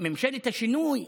ממשלת השינוי,